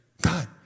God